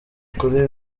kuri